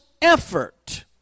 Effort